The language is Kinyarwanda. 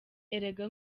erega